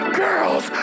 girls